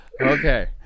okay